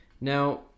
Now